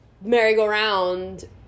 merry-go-round